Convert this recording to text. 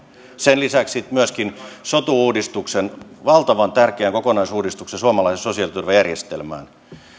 sen lisäksi nostaisin esiin myöskin sotu uudistuksen valtavan tärkeän kokonaisuudistuksen suomalaiseen sosiaaliturvajärjestelmään